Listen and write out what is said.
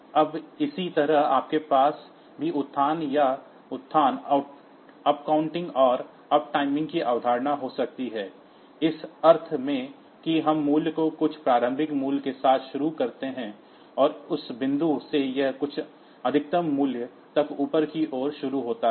अब इसी तरह आपके पास भी उपकोउल्टींग और अपटाइमिंग की अवधारणा हो सकती है इस अर्थ में कि हम मूल्य को कुछ प्रारंभिक मूल्य के साथ शुरू करते हैं और उस बिंदु से यह कुछ अधिकतम मूल्य तक ऊपर की ओर शुरू होता है